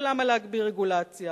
אבל למה להגביר רגולציה